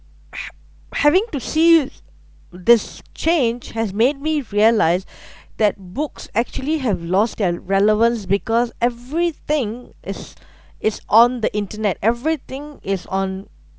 ha~ having to see this change has made me realise that books actually have lost their relevance because everything is is on the internet everything is on